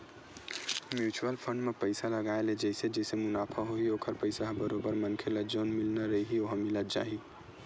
mutual fund म पइसा लगाय ले जइसे जइसे मुनाफ होही ओखर पइसा ह बरोबर मनखे ल जउन मिलना रइही ओहा मिलत जाही